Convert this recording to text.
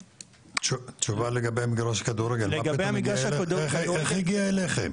תשובה לגבי המגרש כדורגל, איך הגיע אליכם?